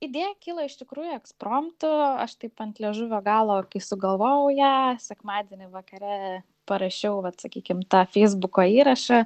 idėja kilo iš tikrųjų ekspromtu aš taip ant liežuvio galo kai sugalvojau ją sekmadienį vakare parašiau vat sakykim tą feisbuko įrašą